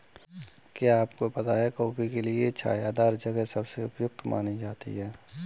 क्या आपको पता है कॉफ़ी के लिए छायादार जगह सबसे उपयुक्त मानी जाती है?